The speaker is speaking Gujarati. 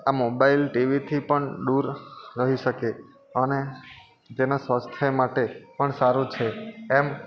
આ મોબાઈલ ટીવીથી પણ દૂર રહી શકે અને તેના સ્વાસ્થ્ય માટે પણ સારું છે એમ